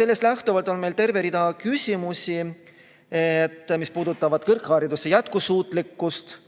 Sellest lähtuvalt on meil terve rida küsimusi, mis puudutavad kõrghariduse jätkusuutlikkust.